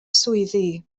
swyddi